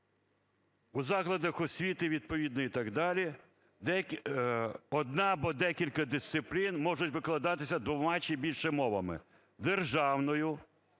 у закладах освіти відповідно... і так далі, одна або декілька дисциплін можуть викладатися двома чи більше мовами: державною,